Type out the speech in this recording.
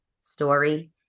story